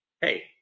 hey